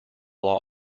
law